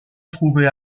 trouvait